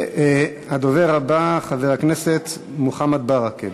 הדובר הבא, חבר הכנסת מוחמד ברכה.